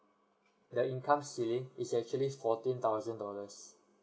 the income ceiling is actually fourteen thousand dollars